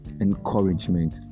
encouragement